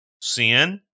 Sin